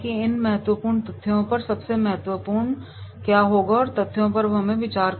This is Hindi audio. इन महत्वपूर्ण तथ्यों पर सबसे महत्वपूर्ण होगा तथ्यों पर विचार करना